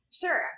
sure